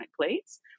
plates